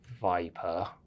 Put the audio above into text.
Viper